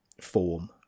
form